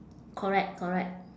correct correct